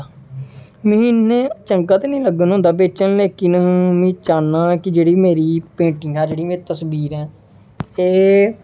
में इ'यां चंगा ते नेईं लग्गन होंदा बेचन लेकिन में चाह्न्ना कि जेह्ड़ी मेरी पेंटिंग जेह्ड़ी मेरी तस्वीर ऐ एह्